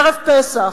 ערב פסח.